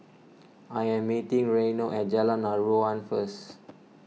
I am meeting Reino at Jalan Aruan first